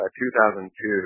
2002